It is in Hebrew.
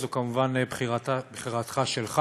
זו כמובן בחירתך שלך.